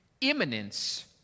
Imminence